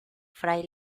fray